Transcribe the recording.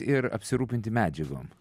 ir apsirūpinti medžiagom